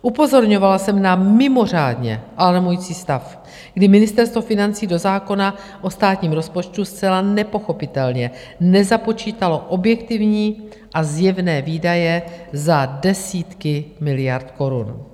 Upozorňovala jsem na mimořádně alarmující stav, kdy Ministerstvo financí do zákona o státním rozpočtu zcela nepochopitelně nezapočítalo objektivní a zjevné výdaje za desítky miliard korun.